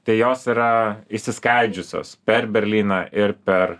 tai jos yra išsiskaidžiusios per berlyną ir per